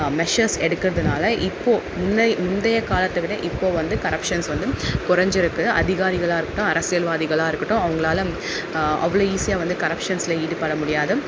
Messrs எடுக்கிறதுனால இப்போது முன்னை முந்தைய காலத்தை விட இப்போது வந்து கரப்ஷன்ஸ் வந்து குறைச்சிருக்கு அதிகாரிகளாக இருக்கட்டும் அரசியல்வாதிகளாக இருக்கட்டும் அவங்களால அவ்வளோ ஈஸியாக வந்து கரப்ஷன்ஸ்சில் ஈடுபட முடியாது